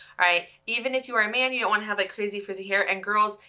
even if you're a man, you don't wanna have that crazy frizzy hair. and girls,